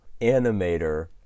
animator